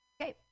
Okay